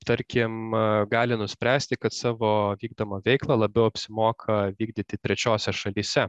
tarkim gali nuspręsti kad savo vykdomą veiklą labiau apsimoka vykdyti trečiose šalyse